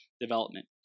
development